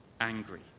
angry